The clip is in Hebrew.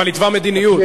אבל התווה מדיניות.